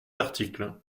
article